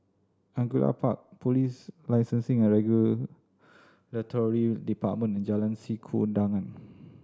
Angullia Park Police Licensing and Regulatory Department and Jalan Sikudangan